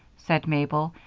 said mabel,